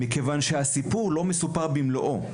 הסיפור לא מסופר במלואו.